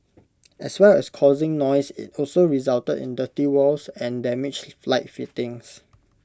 as well as causing noise IT also resulted in dirty walls and damaged light fittings